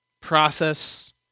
process